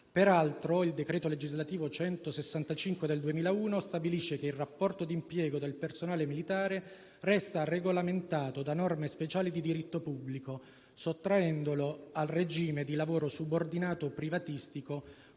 Peraltro, il decreto legislativo n. 165 del 2001 stabilisce che il rapporto d'impiego del personale militare resta regolamentato da norme speciali di diritto pubblico, sottraendolo al regime di lavoro subordinato "privatistico"